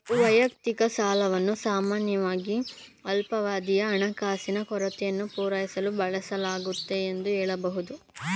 ವೈಯಕ್ತಿಕ ಸಾಲಗಳನ್ನು ಸಾಮಾನ್ಯವಾಗಿ ಅಲ್ಪಾವಧಿಯ ಹಣಕಾಸಿನ ಕೊರತೆಯನ್ನು ಪೂರೈಸಲು ಬಳಸಲಾಗುತ್ತೆ ಎಂದು ಹೇಳಬಹುದು